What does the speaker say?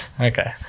okay